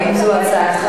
האם זו הצעתך?